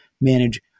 manage